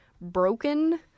broken